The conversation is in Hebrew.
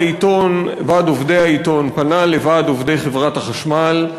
ועד עובדי העיתון פנה לוועד עובדי חברת החשמל,